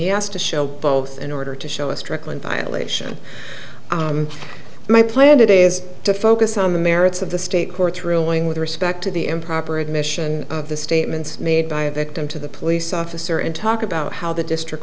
he has to show both in order to show a strickland violation my plan today is to focus on the merits of the state court ruling with respect to the improper admission of the statements made by a victim to the police officer in talk about how the district